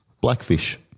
blackfish